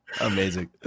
Amazing